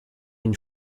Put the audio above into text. une